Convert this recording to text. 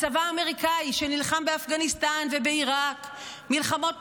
הצבא האמריקאי, שנלחם באפגניסטאן ובעיראק מלחמות